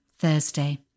Thursday